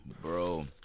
Bro